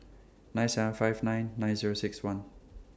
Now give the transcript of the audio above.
nine seven five nine nine Zero six one